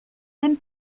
même